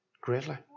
greatly